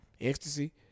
ecstasy